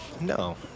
No